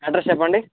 address చెప్పండి